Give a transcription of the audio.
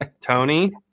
Tony